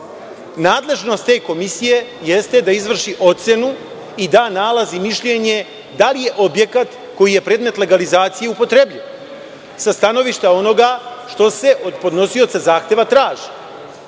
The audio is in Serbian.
Nadležnost te komisije jeste da izvrši ocenu i da nalaz i mišljenje da li je objekat koji je predmet legalizacije upotrebljiv, sa stanovišta onoga što se od podnosioca zahteva traži. Sada